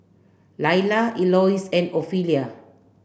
Laila Elois and Ofelia